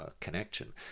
connection